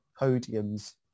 podiums